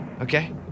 okay